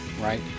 right